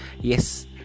yes